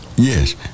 Yes